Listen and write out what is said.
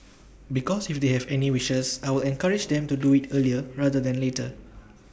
because if they have any wishes I will encourage them to do IT earlier rather than later